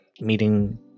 Meeting